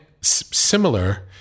Similar